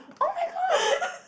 oh my god